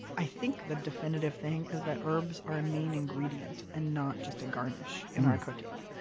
i think the definitive thing is that herbs are a main ingredient and not just a garnish in our cooking.